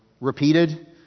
repeated